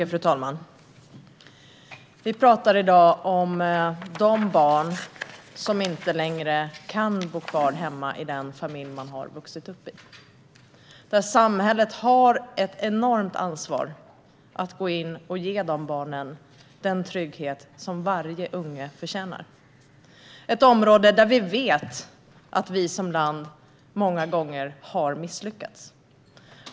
Fru talman! Vi talar i dag om de barn som inte längre kan bo kvar hemma i den familj de vuxit upp i. Samhället har ett enormt ansvar att gå in och ge de barnen den trygghet som varje unge förtjänar. Detta är ett område där vi vet att vi som land många gånger har misslyckats.